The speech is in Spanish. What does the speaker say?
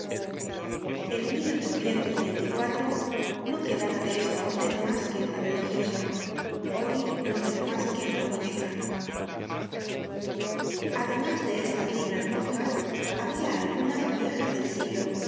search generated at en no quedaba de esta orden mas que una religiosa hoy no queda mas que una muñeca además de estas dignas monjas habia algunas viejas del siglo